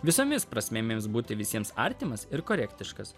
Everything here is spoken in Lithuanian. visomis prasmėmis būti visiems artimas ir korektiškas